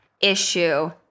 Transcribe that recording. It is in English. issue